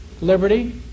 liberty